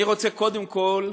אני רוצה, קודם כול,